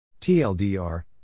TLDR